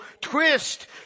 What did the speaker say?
twist